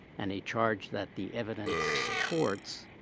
and a charge that the evidence supports,